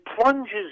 plunges